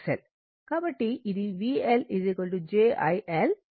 కాబట్టి ఇది VL j I L ω